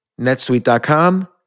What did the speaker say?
netsuite.com